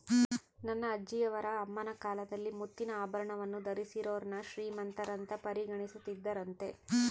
ನನ್ನ ಅಜ್ಜಿಯವರ ಅಮ್ಮನ ಕಾಲದಲ್ಲಿ ಮುತ್ತಿನ ಆಭರಣವನ್ನು ಧರಿಸಿದೋರ್ನ ಶ್ರೀಮಂತರಂತ ಪರಿಗಣಿಸುತ್ತಿದ್ದರಂತೆ